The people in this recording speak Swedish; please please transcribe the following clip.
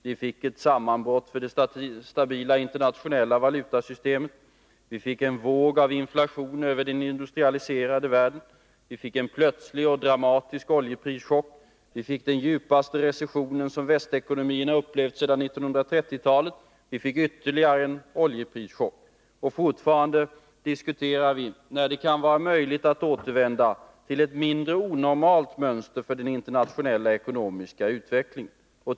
Vi fick ett sammanbrott för det stabila internationella valutasystemet. Vi fick en våg av inflation över den industrialiserade världen. Vi fick en plötslig och dramatisk oljeprischock. Vi fick den djupaste recession som västekonomierna har upplevt sedan 1930-talet. Vi fick ytterligare en oljeprischock. Och fortfarande diskuterar vi när det kan vara möjligt att återvända till ett mindre onormalt mönster för den internationella ekonomiska utvecklingen.